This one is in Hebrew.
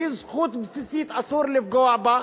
והיא זכות בסיסית, ואסור לפגוע בה.